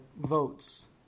votes